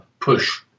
push